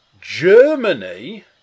Germany